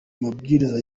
mabwiriza